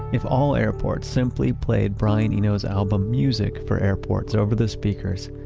if all airports simply played brian eno's album music for airports over the speakers,